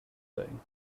thing